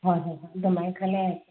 ꯍꯣꯏ ꯍꯣꯏ ꯍꯣꯏ ꯑꯗꯨꯃꯥꯏꯅ ꯈꯟꯅꯔꯁꯤ